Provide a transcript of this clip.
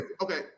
Okay